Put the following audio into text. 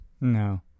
no